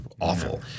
awful